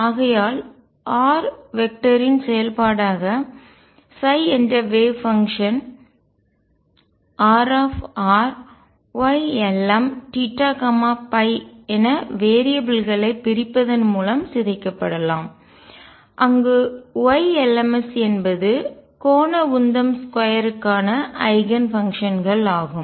ஆகையால் r வெக்டர்ரின் திசையனின் செயல்பாடாக என்ற வேவ் பங்ஷன் அலை செயல்பாடு RrYlmθϕ என வேரியபல்களை மாறிகளை பிரிப்பதன் மூலம் சிதைக்கப்படலாம் அங்கு Ylms என்பது கோண உந்தம் 2 ற்கான ஐகன் பங்ஷன்கள் ஆகும்